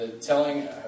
telling